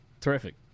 Terrific